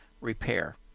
repair